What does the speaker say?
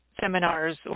seminars